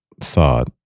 thought